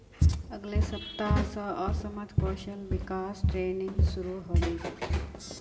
अगले सप्ताह स असमत कौशल विकास ट्रेनिंग शुरू ह बे